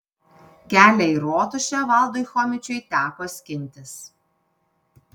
kelią į rotušę valdui chomičiui teko skintis